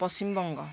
Paschimbanga